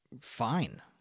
Fine